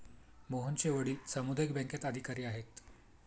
मोहनचे वडील सामुदायिक बँकेत अधिकारी आहेत